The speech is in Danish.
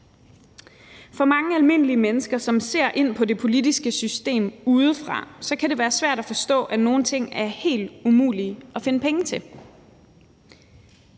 For mange almindelige mennesker, som ser på det politiske system udefra, kan det være svært at forstå, at nogle ting er helt umulige at finde penge til,